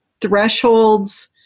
thresholds